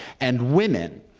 and women,